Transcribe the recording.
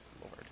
Lord